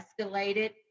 escalated